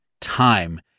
time